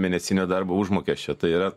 mėnesinio darbo užmokesčio tai yra